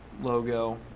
logo